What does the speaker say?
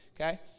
okay